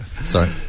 sorry